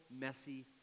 messy